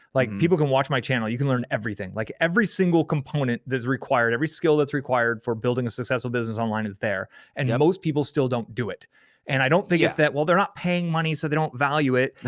like people can watch my channel. you can learn everything. like every single component that is required, every skill that's required for building a successful business online is there and yeah most people still don't do it and i don't think it's that, well, they're not paying money so they don't value it.